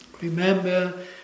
Remember